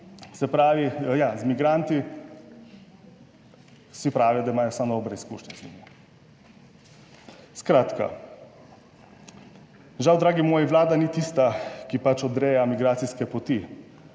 z migranti, vsi pravijo, da imajo samo dobre izkušnje z njimi. Skratka, žal, dragi moji, Vlada ni tista, ki pač odreja migracijske poti.